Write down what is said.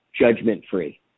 judgment-free